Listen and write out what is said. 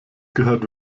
gehört